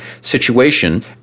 situation